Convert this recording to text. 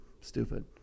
stupid